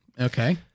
Okay